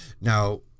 Now